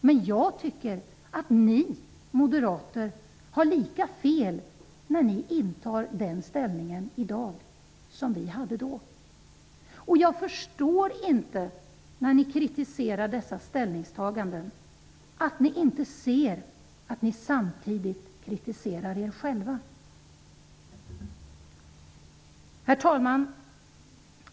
Men jag tycker att ni moderater har lika fel i dag, när ni har samma inställning som vi hade då. Jag förstår inte, när ni kritiserar dessa ställningstaganden, att ni inte inser att ni samtidigt kritiserar er själva. Herr talman!